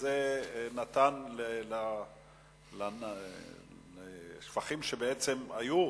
זה נתן לשפכים שהיו,